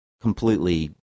completely